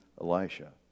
Elisha